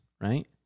right